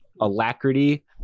Alacrity